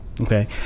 Okay